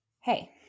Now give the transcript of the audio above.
hey